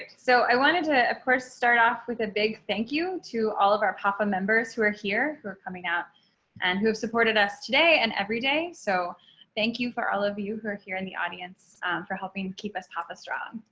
yeah so i wanted to of course start off with a big thank you to all of our papa members who are here who are coming out. abby king and who have supported us today, and every day. so thank you for all of you who are here in the audience for helping keep us papa strong.